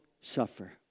suffer